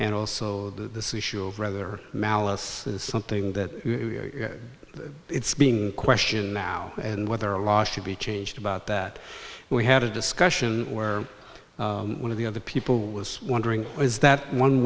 and also this issue of rather malice is something that it's being questioned now and whether a law should be changed about that and we had a discussion where one of the other people was wondering was that one